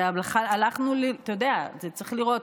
אתה יודע, צריך לראות.